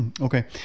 Okay